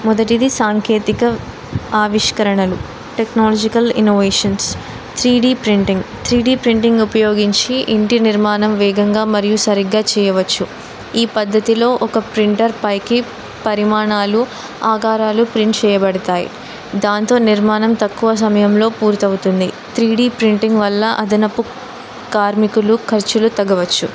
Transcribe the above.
మొదటిది సాంకేతిక ఆవిష్కరణలు technological innovations three D printing three D printing ఉపయోగించి ఇంటి నిర్మాణం వేగంగా మరియు సరిగ్గా చెయ్యవచ్చు ఈ పద్ధతిలో ఒక ప్రింటర్పైకి పరిమాణాలు ఆకారాలు ప్రింట్ చెయ్యబడతాయి దాంతో నిర్మాణం తక్కువ సమయంలో పూర్తవుతుంది త్రీ డి ప్రింటింగ్ వల్ల అదనపు కార్మికులు ఖర్చులు తగ్గవచ్చు